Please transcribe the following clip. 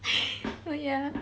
ya